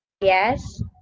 Yes